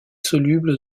soluble